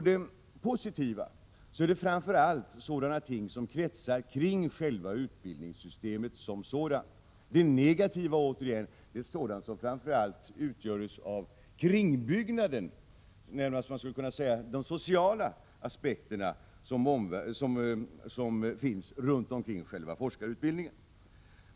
Det positiva är framför allt sådana ting som kretsar kring själva utbildningssystemet som sådant. Det negativa är sådant som framför allt utgörs av kringbyggnaden, närmast de sociala aspekter som finns runt omkring själva forskarutbildningen.